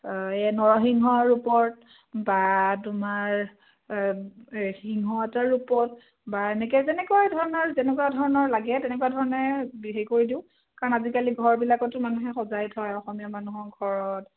এই নৰসিংহৰ ৰূপৰ বা তোমাৰ সিংহ এটাৰ ৰূপত বা এনেকৈ যেনেকুৱা ধৰণৰ যেনেকুৱা ধৰণৰ লাগে তেনেকুৱা ধৰণে হেৰি কৰি দিওঁ কাৰণ আজিকালি ঘৰবিলাকতো মানুহে সজাই থয় অসমীয়া মানুহৰ ঘৰত